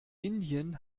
indien